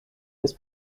his